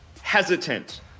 hesitant